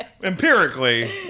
Empirically